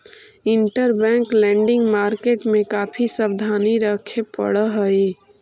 interbank lending market में काफी सावधानी रखे पड़ऽ हई